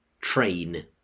train